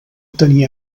tenia